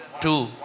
two